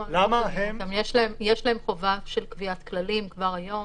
כי יש להם חובה של קביעת כללים כבר היום,